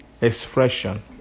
expression